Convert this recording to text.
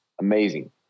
amazing